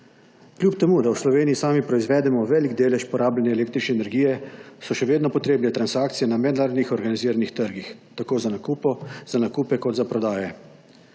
Kljub temu da v Sloveniji sami proizvedemo velik delež porabljene električne energije, so še vedno potrebne transakcije na mednarodnih organiziranih trgih tako za nakupe kot za prodaje.